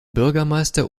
bürgermeister